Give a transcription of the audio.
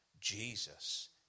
Jesus